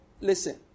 listen